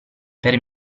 per